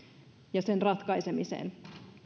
ja sen ratkaisemiseen